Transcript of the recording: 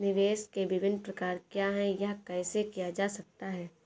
निवेश के विभिन्न प्रकार क्या हैं यह कैसे किया जा सकता है?